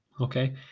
Okay